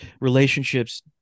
relationships